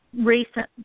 recent